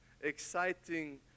exciting